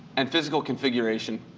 and physical configuration?